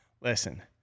listen